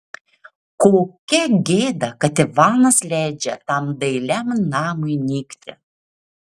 kokia gėda kad ivanas leidžia tam dailiam namui nykti